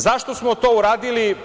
Zašto smo to uradili?